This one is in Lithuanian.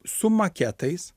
su maketais